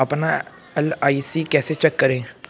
अपना एल.आई.सी कैसे चेक करें?